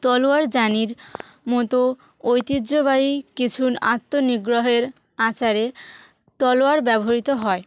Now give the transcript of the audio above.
তলোয়ার জানির মতো ঐতিহ্যবাহী কিছু ন আত্মনিগ্রহের আচারে তলোয়ার ব্যবহৃত হয়